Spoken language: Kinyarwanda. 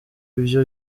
ivyo